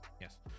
yes